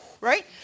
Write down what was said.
right